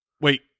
Wait